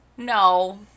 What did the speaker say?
No